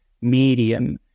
medium